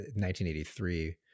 1983